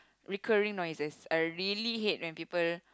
recurring noises I really hate when people